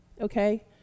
okay